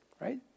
right